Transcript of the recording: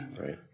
Right